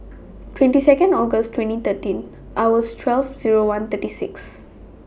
twenty Second August twenty thirteen hours twelve Zero one thirty six